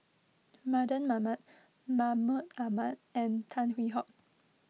Mardan Mamat Mahmud Ahmad and Tan Hwee Hock